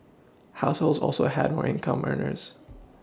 households also had more income earners